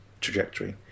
trajectory